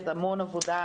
זה המון עבודה.